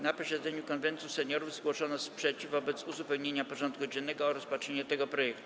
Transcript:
Na posiedzeniu Konwentu Seniorów zgłoszono sprzeciw wobec uzupełnienia porządku dziennego o rozpatrzenie tego projektu.